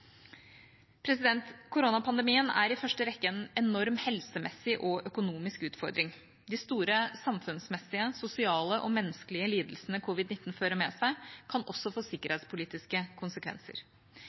Koronapandemien er i første rekke en enorm helsemessig og økonomisk utfordring. De store samfunnsmessige, sosiale og menneskelige lidelsene covid-19 fører med seg, kan også få